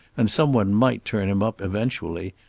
and some one might turn him up eventually,